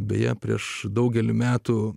beje prieš daugelį metų